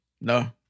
no